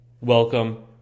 Welcome